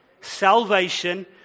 salvation